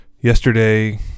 Yesterday